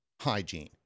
hygiene